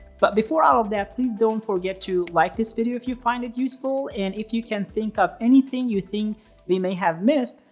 but before all of that, please don't forget to like this video if you find it useful. and if you can think of anything you think we may have missed,